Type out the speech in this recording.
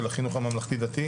של החינוך הממלכתי-דתי.